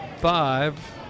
five